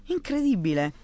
Incredibile